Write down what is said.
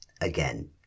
Again